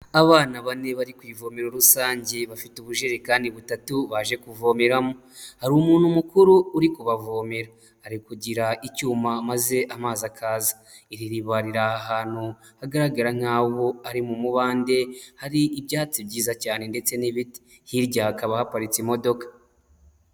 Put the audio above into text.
Abana bane bari kuvomero rusange bafite ubujerekani butatu baje kuvomeramo, hari umuntu mukuru uri kubavomera, ari kugira icyuma maze amazi akaza, iri riba riri ahantu hagaragara nk'aho ari mu mubande, hari ibyatsi byiza cyane ndetse n'ibiti. Hirya hakaba haparitse imodoka.